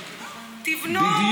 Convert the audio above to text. תבנו,